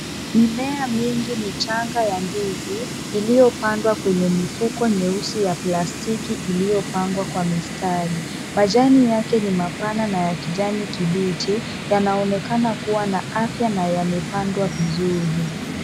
Mimea mingi michanga ya ndizi iliyopandwa kwenye mifuko nyeusi ya plastiki iliyopangwa kwa mistari. Majani yake ni mapana na ya kijani kibichi yanaonekana kuwa na afya na yamepandwa vizuri.